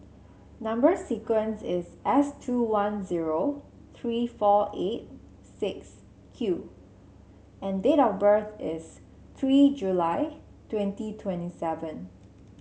number sequence is S two one zero three four eight six Q and date of birth is three July twenty twenty seven